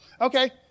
Okay